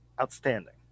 outstanding